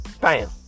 Bam